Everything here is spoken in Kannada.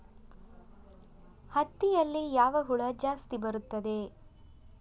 ಹತ್ತಿಯಲ್ಲಿ ಯಾವ ಹುಳ ಜಾಸ್ತಿ ಬರುತ್ತದೆ?